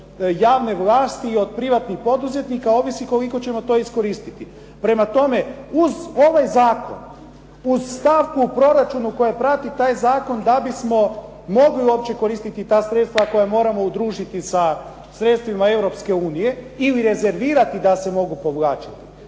od javne vlasti i od privatnih poduzetnika, ovisi koliko ćemo to iskoristiti. Prema tome, uz ovaj zakon uz stavku u proračunu koja prati taj zakon da bismo mogli uopće koristiti ta sredstava koja moramo udružiti sa sredstvima Europske unije ili rezervirati da se mogu povlačiti.